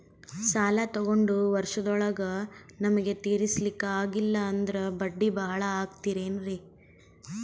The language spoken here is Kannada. ಸಾಲ ತೊಗೊಂಡು ವರ್ಷದೋಳಗ ನಮಗೆ ತೀರಿಸ್ಲಿಕಾ ಆಗಿಲ್ಲಾ ಅಂದ್ರ ಬಡ್ಡಿ ಬಹಳಾ ಆಗತಿರೆನ್ರಿ?